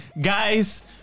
Guys